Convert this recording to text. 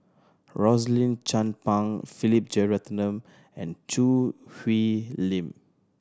Rosaline Chan Pang Philip Jeyaretnam and Choo Hwee Lim